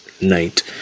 night